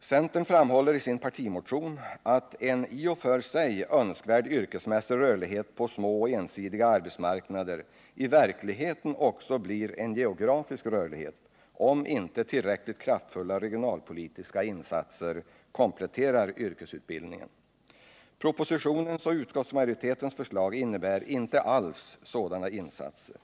Centern framhåller i sin partimotion att en i och för sig önskvärd yrkesmässig rörlighet på små och ensidiga arbetsmarknader i verkligheten också blir en geografisk rörlighet, om inte tillräckligt kraftfulla regionalpolitiska insatser kompletterar yrkesutbildningen. Propositionens och utskottsmajoritetens förslag innebär inte alls sådana insatser.